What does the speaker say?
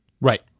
Right